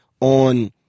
on